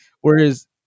Whereas